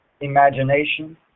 imagination